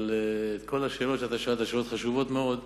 אבל את כל השאלות שאתה שאלת, שאלות חשובות מאוד,